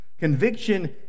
Conviction